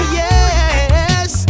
yes